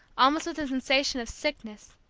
almost with a sensation of sickness,